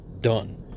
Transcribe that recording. done